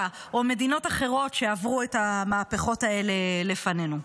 או מדינות אחרות שעברו את המהפכות האלה לפנינו.